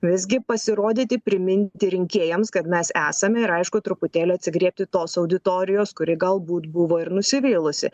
visgi pasirodyti priminti rinkėjams kad mes esame ir aišku truputėlį atsigriebti tos auditorijos kuri galbūt buvo ir nusivylusi